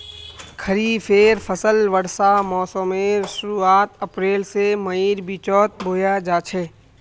खरिफेर फसल वर्षा मोसमेर शुरुआत अप्रैल से मईर बिचोत बोया जाछे